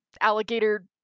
alligator